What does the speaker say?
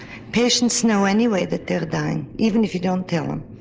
patients know anyway that they're dying even if you don't tell them.